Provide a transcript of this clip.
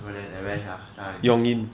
but then the rest ah